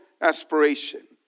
aspiration